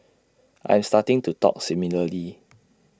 I am starting to talk similarly